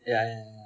ya ya ya